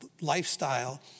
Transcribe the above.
lifestyle